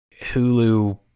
Hulu